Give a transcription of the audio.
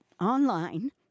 online